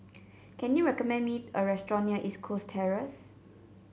can you recommend me a restaurant near East Coast Terrace